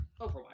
Overwatch